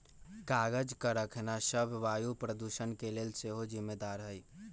कागज करखना सभ वायु प्रदूषण के लेल सेहो जिम्मेदार हइ